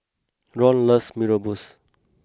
Ron loves Mee Rebus